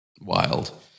Wild